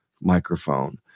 microphone